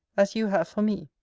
as you have for me.